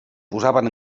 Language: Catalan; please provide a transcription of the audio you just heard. posaven